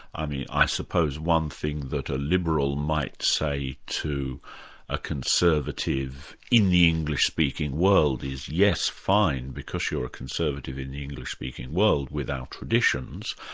i mean, i suppose one thing that a liberal might say to a conservative in the english-speaking world, is, yes, fine, because you're a conservative in the english-speaking world, with our traditions,